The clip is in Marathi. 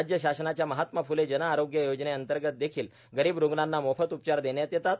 राज्य शासनाच्या महात्मा फुले जनआरोग्य योजनेअंतगतदेखील गरांब रुग्णांना मोफत उपचार देण्यात येतात